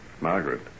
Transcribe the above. Margaret